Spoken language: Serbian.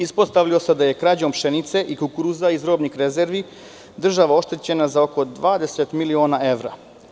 Ispostavilo se da je krađom pšenice i kukuruza iz robnih rezervi država oštećena za oko 20 miliona evra.